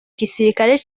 gisirikare